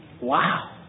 Wow